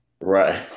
Right